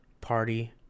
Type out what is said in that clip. party